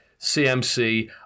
CMC